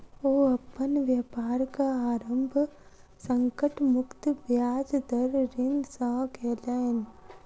ओ अपन व्यापारक आरम्भ संकट मुक्त ब्याज दर ऋण सॅ केलैन